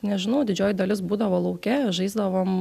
nežinau didžioji dalis būdavo lauke žaisdavom